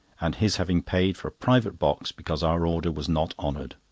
and his having paid for a private box because our order was not honoured,